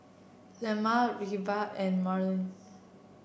Lemma Vira and Marolyn